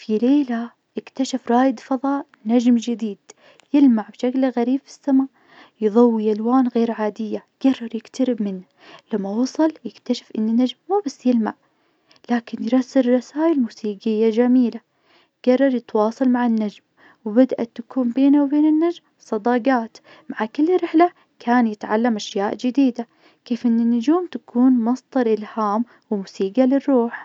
في ليلة اكتشف رائد فظاء نجم جديد يلمع بشكل غريب في السما يظوي ألوان غير عادية. قرر يقترب منه، لما وصل اكتشف إن النجم ما بس يلمع لكن يرسل رسايل موسيقية جميلة. قرر يتواصل مع النجم، وبدأت تكون بينه وبين النجم صداقات، مع كل رحلة كان يتعلم أشياء جديدة، كيف إن النجوم تكون مصدر إلهام وموسيقى للروح.